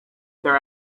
their